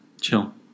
Chill